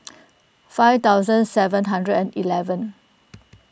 five thousand seven hundred and eleven